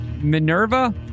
Minerva